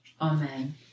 Amen